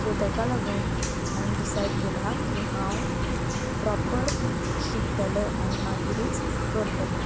so ताका लागून हांवें डिसायड केलां की हांव प्रोपर शिकतलें आनी मागीरूच करतलें